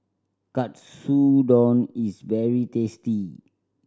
katsudon is very tasty